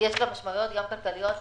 יש משמעויות כלכליות ותקציביות,